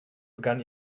begann